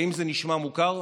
האם זה נשמע מוכר?